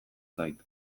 zait